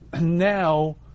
now